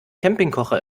campingkocher